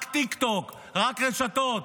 רק טיקטוק, רק רשתות.